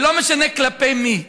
ולא משנה כלפי מי.